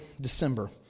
December